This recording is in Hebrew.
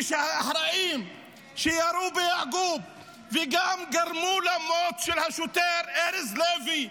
ושהאחראיים שירו ביעקוב וגם גרמו למוות של השוטר ארז לוי,